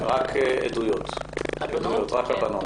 שמענו עדויות של בנות.